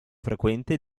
frequente